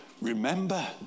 remember